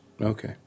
okay